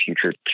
future